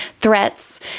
threats